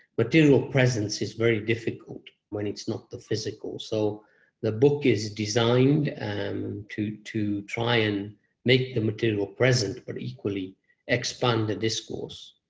material presence is very difficult when it's not the physical, so the book is designed um to to try and make the material present, but equally expand the discourse.